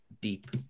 deep